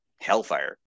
hellfire